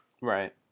Right